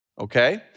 okay